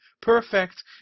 perfect